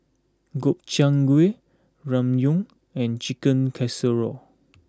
Gobchang Gui Ramyeon and Chicken Casserole